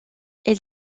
est